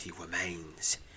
remains